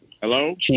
Hello